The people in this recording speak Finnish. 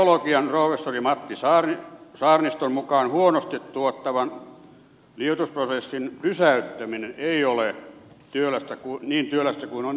geologian professori matti saarniston mukaan huonosti tuottavan liuotusprosessin pysäyttäminen ei ole niin työlästä kuin on esitetty